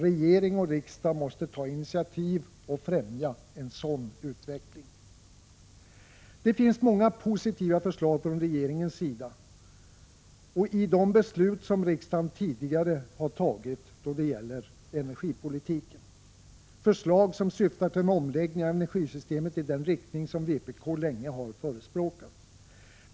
Regering och riksdag måste ta initiativ och främja en sådan utveckling. Det finns många positiva förslag från regeringens sida och i de beslut som riksdagen tidigare tagit då det gäller energipolitiken, förslag som syftar till en omläggning av energisystemet i den riktning som vpk länge har förespråkat.